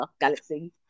galaxy